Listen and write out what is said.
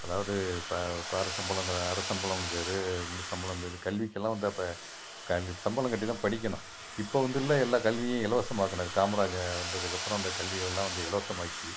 அதாவது இப்போ இப்போ அரை சம்பளங்கிற அரை சம்பளங்கிறது முழு சம்பளங்கிறது கல்விக்கெல்லாம் வந்து அப்போ கல்வி சம்பளம் கட்டி தான் படிக்கணும் இப்போ வந்து எல்லா கல்வியும் இலவசம் ஆக்கினாரு காமராஜ் வந்ததுக்கப்புறம் அந்த கல்வியெல்லாம் வந்து இலவசம் ஆக்கி